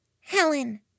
Helen